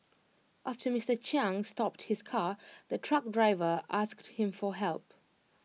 after Mister Chiang stopped his car the truck driver asked him for help